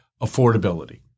affordability